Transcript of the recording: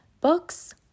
books